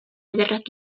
ederrak